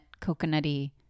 coconutty